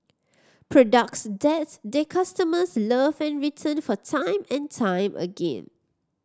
products that their customers love and return for time and time again